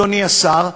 אדוני השר,